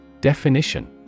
Definition